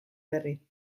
berri